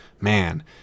man